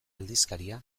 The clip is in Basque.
aldizkaria